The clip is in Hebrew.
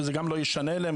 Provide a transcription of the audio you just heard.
וגם זה לא ישנה להם,